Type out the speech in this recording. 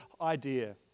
idea